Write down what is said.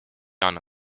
anna